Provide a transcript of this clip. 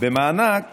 במענק